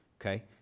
Okay